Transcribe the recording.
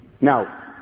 Now